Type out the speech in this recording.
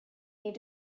need